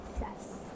Yes